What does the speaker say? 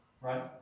right